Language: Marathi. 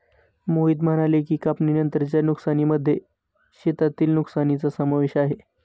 मोहित म्हणाले की, कापणीनंतरच्या नुकसानीमध्ये शेतातील नुकसानीचा समावेश आहे